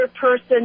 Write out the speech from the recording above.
person